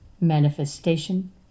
manifestation